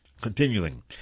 Continuing